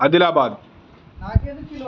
Adilabad